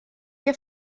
què